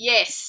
Yes